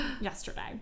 yesterday